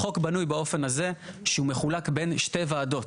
החוק בנוי באופן הזה שהוא מחולק בין שתי ועדות: